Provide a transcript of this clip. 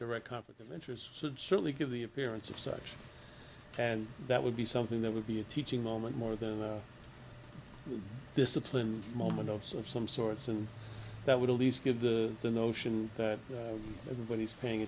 direct conflict of interests would certainly give the appearance of such and that would be something that would be a teaching moment more than a discipline moment of some some sorts and that would at least give the notion that everybody's paying